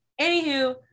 Anywho